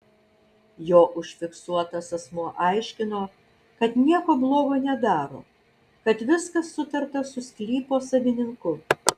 jo užfiksuotas asmuo aiškino kad nieko blogo nedaro kad viskas sutarta su sklypo savininku